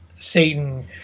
satan